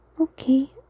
okay